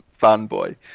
fanboy